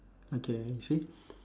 okay you see